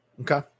Okay